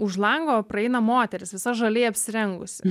už lango praeina moteris visa žaliai apsirengusi